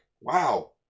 wow